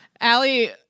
Allie